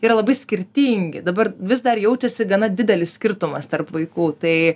yra labai skirtingi dabar vis dar jaučiasi gana didelis skirtumas tarp vaikų tai